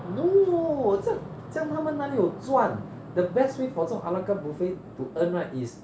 no 这样这样他们哪里有赚 the best way for 这种 a la carte buffet to earn right is